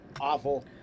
awful